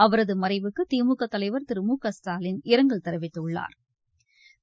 அவரது மறைவுக்கு திமுக தலைவர் திரு மு க ஸ்டாலின் இரங்கல் தெரிவித்துள்ளாா்